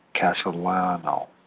Castellano